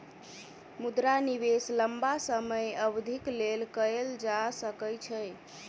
मुद्रा निवेश लम्बा समय अवधिक लेल कएल जा सकै छै